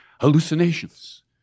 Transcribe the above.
hallucinations